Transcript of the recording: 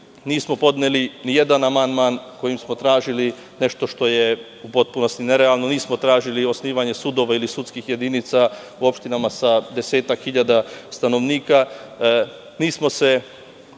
nismo podneli ni jedan amandman kojim smo tražili nešto što je u potpunosti ne realno. Nismo tražili osnivanje sudova ili sudskih jedinica u opštinama sa desetak hiljada stanovnika. Nismo se